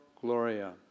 Gloria